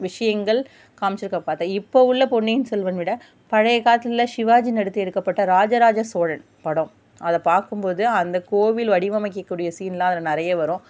விஷயங்கள் காமிச்சி இருக்க இப்போ உள்ள பொன்னியின் செல்வன் விட பழையக்காலத்தில் சிவாஜி நடித்து எடுக்கப்பட்ட ராஜராஜ சோழன் படம் அதை பார்க்கும்போது அந்த கோவில் வடிவமைக்க கூடிய சீன் எல்லாம் அதில் நிறைய வரும்